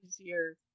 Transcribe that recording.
easier